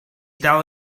dal